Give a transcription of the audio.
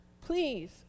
please